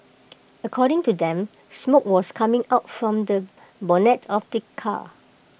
according to them smoke was coming out from the bonnet of the car